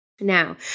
Now